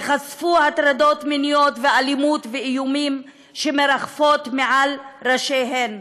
וחשפו הטרדות מיניות ואלימות ואיומים שמרחפים מעל ראשיהן,